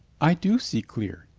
i do see clear,